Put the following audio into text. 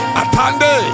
atande